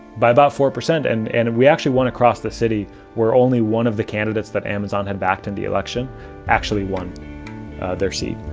by about four percent. and and we actually won across the city where only one of the candidates that amazon had backed into and the election actually won their seat.